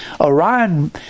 Orion